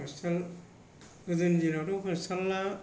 hospital गोदोनि दिनावथ' hospital आ